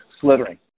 slithering